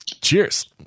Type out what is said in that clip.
Cheers